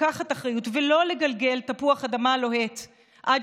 לקחת אחריות ולא לגלגל תפוח אדמה לוהט עד